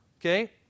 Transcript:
Okay